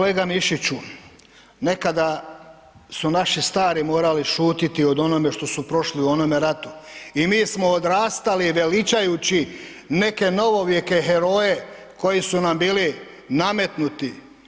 Kolega Mišiću, nekada su naši stari morali šutiti od onome što su prošli u onome ratu i mi smo odrastali veličajući neke novovijeke heroje koji su nam bili nametnuti.